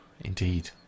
indeed